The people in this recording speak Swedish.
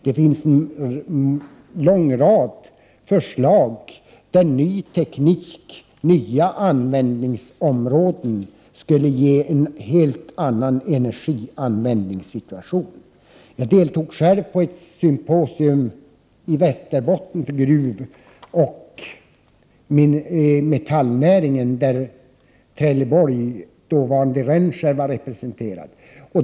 Det finns en lång rad förslag där ny teknik och nya användningsområden skulle ge en helt annan energianvändningssituation. Jag deltog själv i ett symposium i Västerbotten angående metallnäringen, där dåvarande Rönnskär var representerat.